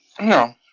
No